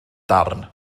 darn